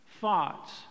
thoughts